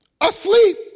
asleep